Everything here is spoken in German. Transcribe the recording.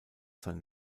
sein